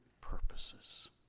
purposes